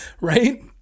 right